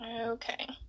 Okay